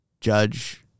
judge